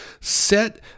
set